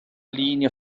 linie